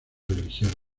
religiones